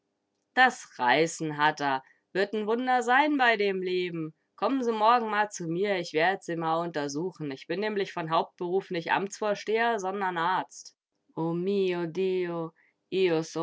das reißen hat a wird n wunder sein bei dem leben komm'n sie morgen mal zu mir ich werd sie mal untersuchen ich bin nämlich von hauptberuf nich amtsvorsteher sondern arzt o